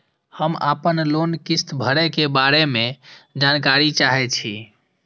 हम आपन लोन किस्त भरै के बारे में जानकारी चाहै छी?